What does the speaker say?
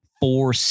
four